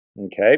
okay